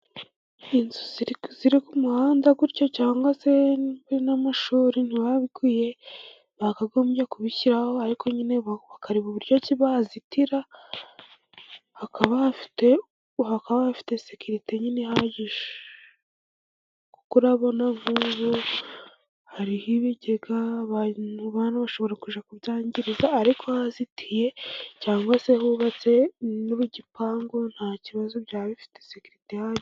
Inzu ziri ku muhanda gutyo cyangwa se n'amashuri ntibabiguye bakagombye kubishyiraho ariko nyine bakareba uburyo bazitira hakaba hafite hakaba bafite sekirite nyine ihagije kubona vuba, hariho ibigega abana bashobora kubyangiza, ariko hazitiye cyangwa se hubatse n'igipangu nta kibazo byaba bifite sekerite ihagije.